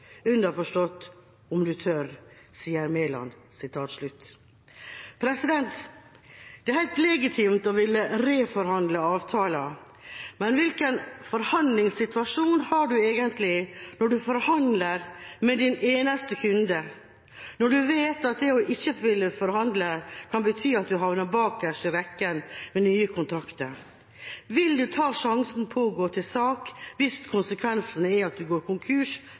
underforstått: «om du tør», sier Meland.» Det er helt legitimt å ville reforhandle avtaler, men hvilken forhandlingssituasjon har man egentlig når man forhandler med sin eneste kunde? Når man vet at det ikke å ville forhandle kan bety at man havner bakerst i rekken ved nye kontrakter? Vil man ta sjansen på å gå til sak hvis konsekvensene er at man går konkurs